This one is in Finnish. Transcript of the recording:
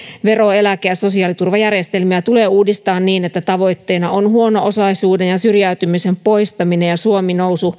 vero eläke ja sosiaaliturvajärjestelmiä tulee uudistaa niin että tavoitteena on huono osaisuuden ja syrjäytymisen poistaminen ja että suomen nousu